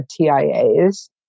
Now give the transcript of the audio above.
TIAs